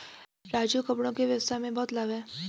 राजू कपड़ों के व्यवसाय में बहुत लाभ है